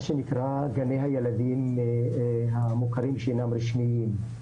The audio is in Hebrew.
מה שנקרא, גני הילדים המוכרים שאינם רשמיים.